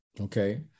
Okay